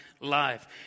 life